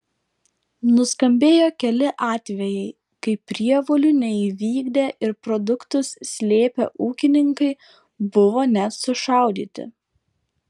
nuskambėjo keli atvejai kai prievolių neįvykdę ir produktus slėpę ūkininkai buvo net sušaudyti